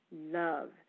love